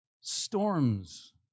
storms